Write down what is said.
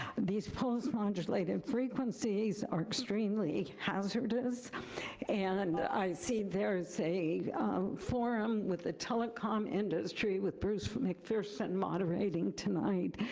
these poles modulate in frequencies are extremely hazardous and i see there's a forum with a telecom industry with bruce mcpherson moderating tonight,